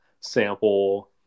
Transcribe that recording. sample